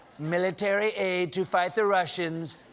military aid to fight the russians,